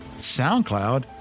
SoundCloud